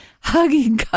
hugging